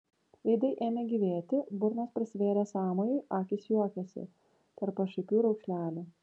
veidai ėmė gyvėti burnos prasivėrė sąmojui akys juokėsi tarp pašaipių raukšlelių